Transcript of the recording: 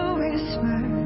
whisper